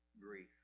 grief